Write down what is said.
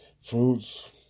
fruits